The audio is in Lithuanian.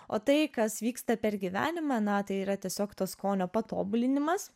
o tai kas vyksta per gyvenimą na tai yra tiesiog to skonio patobulinimas